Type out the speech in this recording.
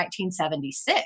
1976